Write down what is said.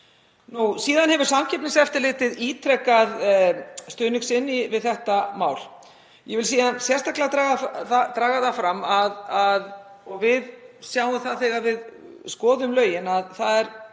En síðan hefur Samkeppniseftirlitið ítrekað stuðning sinn við þetta mál. Ég vil síðan sérstaklega draga það fram, og við sjáum það þegar við skoðum lögin, að það er